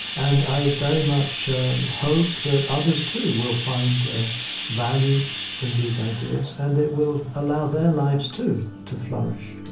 and i very much hope that others, too, will find value in these ideas and it will allow their lives, too, to flourish